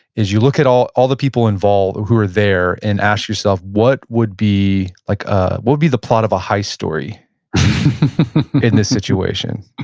is you look at all all the people involved who are there and ask yourself what would be like ah would be the plot of a heist story in this situation?